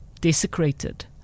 desecrated